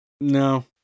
No